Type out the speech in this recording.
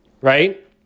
Right